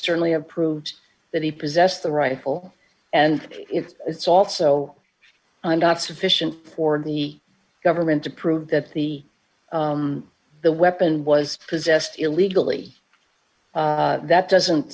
certainly have proved that he possessed the rifle and if it's also not sufficient for the government to prove that the the weapon was possessed illegally that doesn't